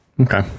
Okay